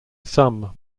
some